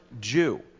Jew